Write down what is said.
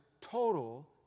total